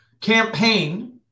campaign